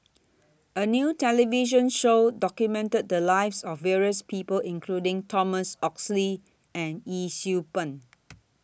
A New television Show documented The Lives of various People including Thomas Oxley and Yee Siew Pun